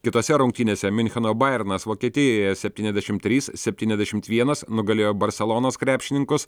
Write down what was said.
kitose rungtynėse miuncheno bajernas vokietijoje septyniasdešimt trys septyniasdešimt vienas nugalėjo barselonos krepšininkus